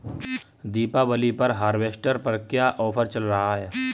दीपावली पर हार्वेस्टर पर क्या ऑफर चल रहा है?